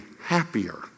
happier